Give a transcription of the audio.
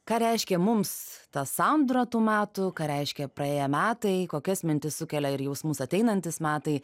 ką reiškė mums ta sandūra tų metų ką reiškė praėję metai kokias mintis sukelia ir jausmus ateinantys metai